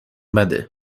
بده